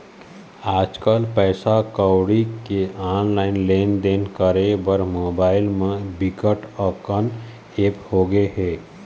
आजकल पइसा कउड़ी के ऑनलाईन लेनदेन करे बर मोबाईल म बिकट अकन ऐप होगे हे